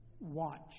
Watch